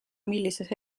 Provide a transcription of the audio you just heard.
millises